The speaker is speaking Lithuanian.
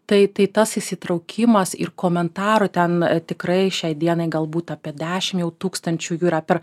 tai tai tas įsitraukimas ir komentarų ten tikrai šiai dienai galbūt apie dešim jau tūkstančių jų yra per